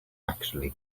actually